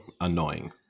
annoying